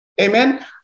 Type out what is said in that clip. Amen